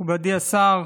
מכובדי השר,